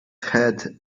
had